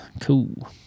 Cool